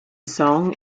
song